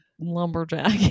lumberjack